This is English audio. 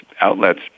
outlets